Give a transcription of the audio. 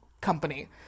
company